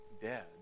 dead